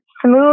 smooth